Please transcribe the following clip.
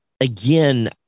again